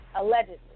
Allegedly